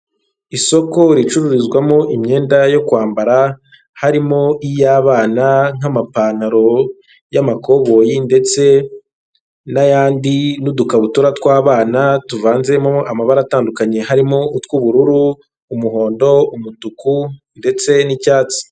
Isoko ricururizwamo imyenda yo kwambara harimo iy'abana nk'amapantaro y'amakoboyi ndetse n'ayandi n'udukabutura tw'abana tuvanzemo amabara atandukanye harimo utw'ubururu ,umuhondo, umutuku ndetse n'icyatsi.